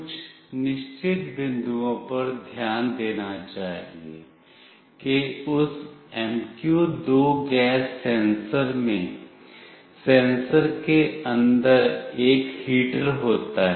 कुछ निश्चित बिंदुओं पर ध्यान देना चाहिए कि उस MQ2 गैस सेंसर में सेंसर के अंदर एक हीटर होता है